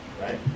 right